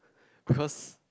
cause